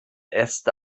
äste